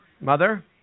Mother